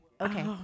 Okay